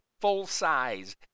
full-size